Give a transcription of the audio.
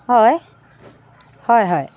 হয় হয় হয়